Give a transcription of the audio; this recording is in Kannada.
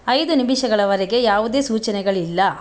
ಐದು ನಿಮಿಷಗಳವರೆಗೆ ಯಾವುದೇ ಸೂಚನೆಗಳಿಲ್ಲ